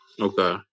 Okay